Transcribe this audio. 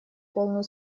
полную